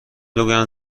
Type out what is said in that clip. بگویند